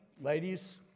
ladies